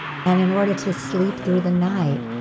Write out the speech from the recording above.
and in order to sleep through the night,